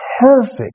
perfect